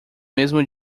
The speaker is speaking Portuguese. mesmo